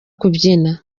kubyina